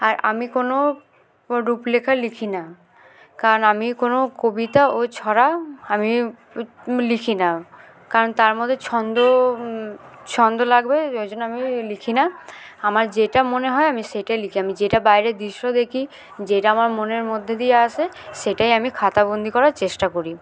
আর আমি কোনো রূপলেখা লিখি না কারণ আমি কোনো কবিতা ও ছড়া আমি লিখি না কারণ তার মধ্যে ছন্দ ছন্দ লাগবে ওই জন্য আমি লিখি না আমার যেটা মনে হয় আমি সেটাই লিখি আমি যেটা বাইরের দৃশ্য দেখি যেটা আমার মনের মধ্যে দিয়ে আসে সেটাই আমি খাতাবন্দি করার চেষ্টা করি